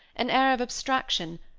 an air of abstraction,